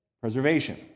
Preservation